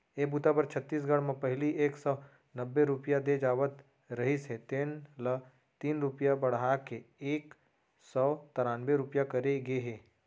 ए बूता बर छत्तीसगढ़ म पहिली एक सव नब्बे रूपिया दे जावत रहिस हे जेन ल तीन रूपिया बड़हा के एक सव त्रान्बे रूपिया करे गे हे